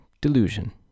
Delusion